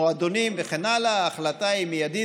מועדונים וכן הלאה ההחלטה היא מיידית,